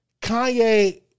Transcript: Kanye